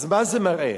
אז מה זה מראה?